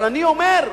אבל אני אומר,